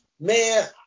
Man